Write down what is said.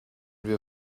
wir